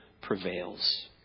prevails